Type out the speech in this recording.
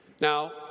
Now